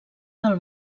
del